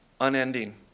unending